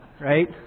right